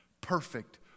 Perfect